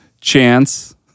Chance